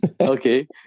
Okay